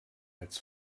als